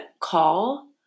call